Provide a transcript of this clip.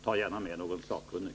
Ta gärna med någon sakkunnig!